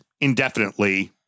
indefinitely